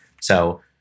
so-